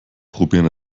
probieren